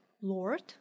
lord